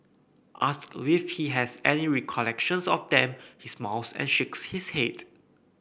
asked if he has any recollections of them he smiles and shakes his head